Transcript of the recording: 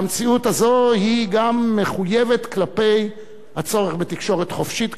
והמציאות הזאת גם מחויבת כלפי הצורך בתקשורת חופשית,